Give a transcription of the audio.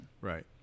Right